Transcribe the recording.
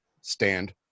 Stand